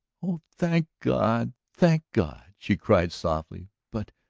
oh, thank god, thank god! she cried softly. but.